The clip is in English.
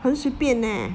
很随便 leh